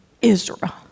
Israel